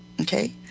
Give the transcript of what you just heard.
Okay